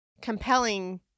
compelling